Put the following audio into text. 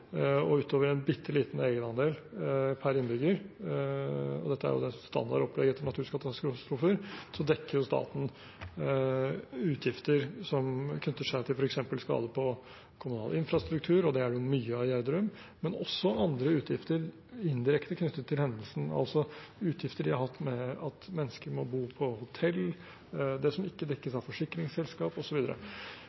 Utover en bitteliten egenandel per innbygger – dette er et standard opplegg etter naturkatastrofer – dekker staten utgifter som knytter seg til f.eks. skader på kommunal infrastruktur. Det er det mye av i Gjerdrum. Men staten dekker også andre utgifter, som er indirekte knyttet til hendelsen, altså utgifter de har hatt med at mennesker må bo på hotell, det som ikke